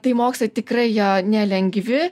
tai mokslai tikrai jie nelengvi